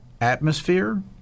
atmosphere